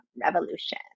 Revolution